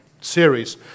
series